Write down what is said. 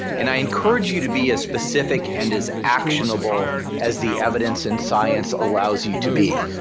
and i encourage you to be as specific and as actionable as the evidence and science allows you to be.